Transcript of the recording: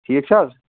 ٹھیٖک چھِ حظ